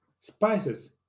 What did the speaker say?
spices